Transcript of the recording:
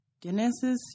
Genesis